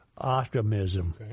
Optimism